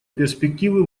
перспективы